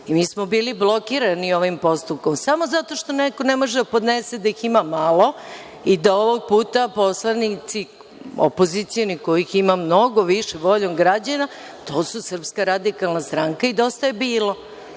ne. Mi smo bili blokirani ovim postupkom, samo zato što neko ne može da podnese da ih ima malo i da ovog puta poslanici, opozicioni, kojih ima mnogo više voljom građana, to su SRS i DJB, i ovo je bio